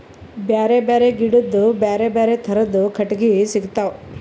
ಬ್ಯಾರೆ ಬ್ಯಾರೆ ಗಿಡದ್ ಬ್ಯಾರೆ ಬ್ಯಾರೆ ಥರದ್ ಕಟ್ಟಗಿ ಸಿಗ್ತವ್